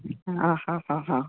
હા હા હા હા